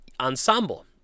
ensemble